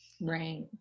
Right